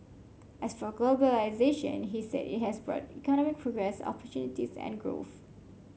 as for globalisation he said it has brought economic progress opportunities and growth